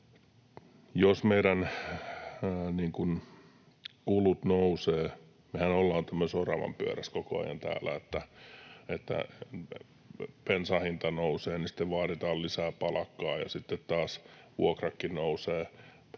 että meidän kulut nousevat. Mehän ollaan tämmöisessä oravanpyörässä koko ajan täällä, että kun bensan hinta nousee, niin sitten vaaditaan lisää palkkaa, ja sitten taas vuokrakin nousee.